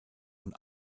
und